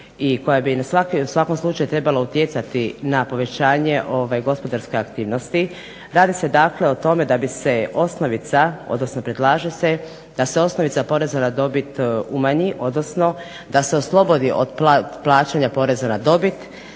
i koja bi u svakom slučaju trebala utjecati na povećanje gospodarske aktivnosti. Radi se dakle o tome da bi se osnovica, odnosno predlaže se da se osnovica poreza na dobit umanji, odnosno da se oslobodi od plaćanja poreza na dobit,